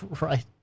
Right